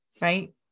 Right